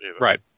Right